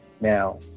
Now